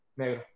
negro